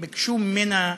ביקשו ממנה ומהאבא,